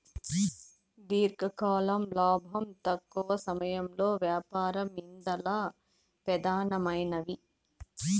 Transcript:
దీర్ఘకాలం లాబం, తక్కవ సమయంలో యాపారం ఇందల పెదానమైనవి